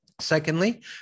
Secondly